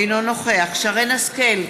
אינו נוכח שרן השכל,